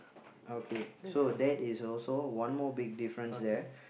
okay so that is also one more big difference there